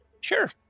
sure